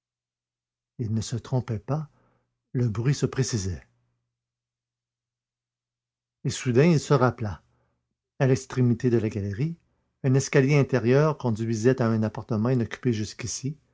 il ne se trompait pas le bruit se précisait et soudain il se rappela à l'extrémité de la galerie un escalier intérieur conduisait à un appartement inoccupé jusqu'ici